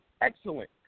excellent